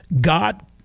God